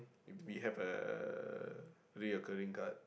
if we have a reoccurring card